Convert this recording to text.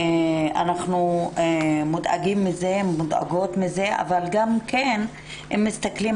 אנחנו מודאגות ומודאגים מזה אבל גם אם מסתכלים